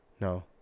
No